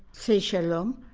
so ay shalom.